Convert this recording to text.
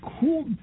cool